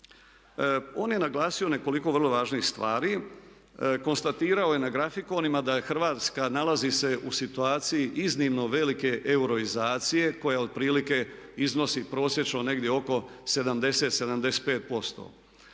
On je naglasio nekoliko vrlo važnih stvari. Konstatirao je na grafikonima da je Hrvatska nalazi se u situaciji iznimno velike euroizacije koja otprilike iznosi prosječno negdje oko 70, 75%.